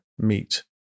meet